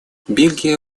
бельгия